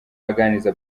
aganiriza